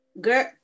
girl